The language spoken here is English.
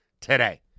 today